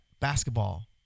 Basketball